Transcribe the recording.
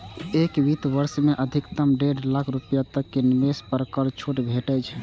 एक वित्त वर्ष मे अधिकतम डेढ़ लाख रुपैया तक के निवेश पर कर छूट भेटै छै